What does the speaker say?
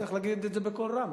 צריך להגיד את זה בקול רם.